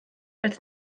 als